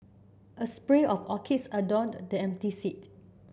a spray of orchids adorned the empty seat